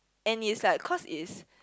and it's like cause is